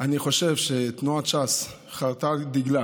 אני חושב שתנועת ש"ס חרתה על דגלה